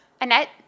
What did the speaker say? Annette